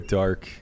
dark